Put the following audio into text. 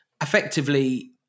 effectively